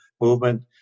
movement